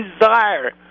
desire